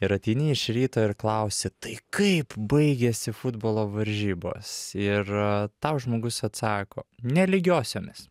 ir ateini iš ryto ir klausi tai kaip baigėsi futbolo varžybos ir tau žmogus atsako nelygiosiomis